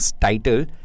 title